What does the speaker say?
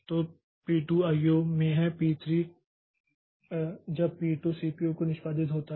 तो P2 IO में है P3 जब P2 सीपीयू में निष्पादित होता है